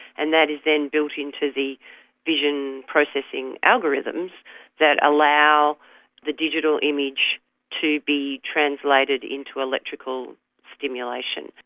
and that is then built into the vision processing algorithms that allow the digital image to be translated into electrical stimulations.